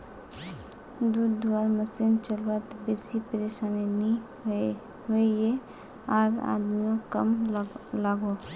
दूध धुआर मसिन चलवात बेसी परेशानी नि होइयेह आर आदमियों कम लागोहो